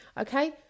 Okay